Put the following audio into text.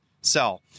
sell